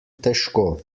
težko